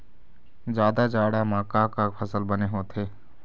जादा जाड़ा म का का फसल बने होथे?